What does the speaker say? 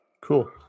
Cool